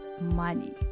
money